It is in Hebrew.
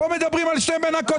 פה מדברים על שתי מנקות,